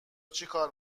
چیکار